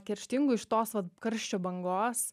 kerštingų iš tos vat karščio bangos